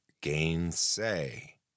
Gainsay